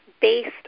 based